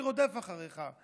מי רודף אחריך.